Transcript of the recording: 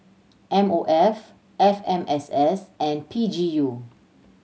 M O F F M S S and P G U